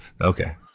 okay